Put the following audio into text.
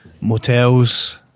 motels